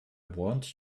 want